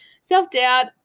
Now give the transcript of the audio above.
self-doubt